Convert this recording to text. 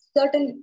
Certain